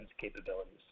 capabilities